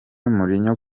mourinho